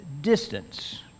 distance